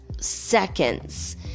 seconds